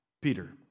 Peter